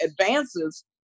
advances